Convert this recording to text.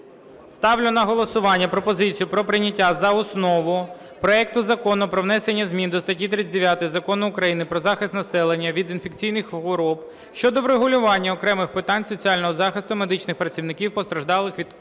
Ставлю на голосування пропозицію про прийняття за основу проекту Закону про внесення змін до статті 39 Закону України "Про захист населення від інфекційних хвороб" щодо врегулювання окремих питань соціального захисту медичних працівників, постраждалих від коронавірусної